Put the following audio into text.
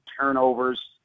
turnovers